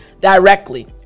directly